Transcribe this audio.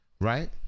right